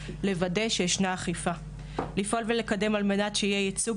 לוודא שישנה אכיפה; לפעול ולקדם על מנת שיהיה ייצוג